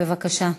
בבקשה.